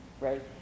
right